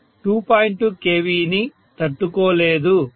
2 kV ని తట్టుకోదు